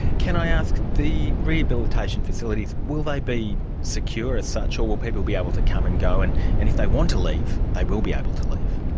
can i ask, the rehabilitation facilities, will they be secure as such or will people be able to come and go, and and if they want to leave, they will be able to leave?